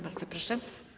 Bardzo proszę.